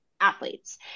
athletes